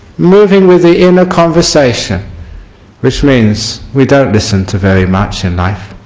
moving with the inner conversation which means we don't listen to very much in life